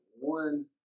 One